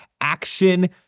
action